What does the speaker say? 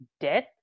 death